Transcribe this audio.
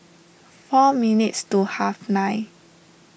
four minutes to half nine